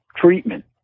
treatment